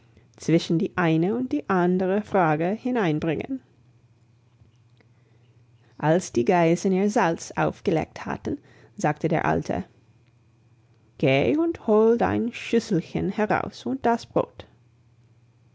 zwischen die eine und die andere frage hineinbringen als die geißen ihr salz aufgeleckt hatten sagte der alte geh und hol dein schüsselchen heraus und das brot